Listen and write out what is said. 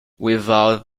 without